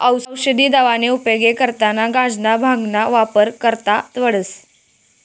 औसदी दवाना उपेग करता गांजाना, भांगना वापर करना पडस